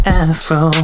afro